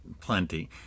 plenty